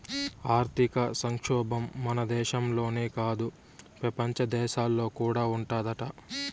ఆర్థిక సంక్షోబం మన దేశంలోనే కాదు, పెపంచ దేశాల్లో కూడా ఉండాదట